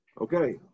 Okay